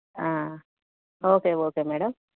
okay okay madam